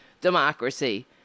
democracy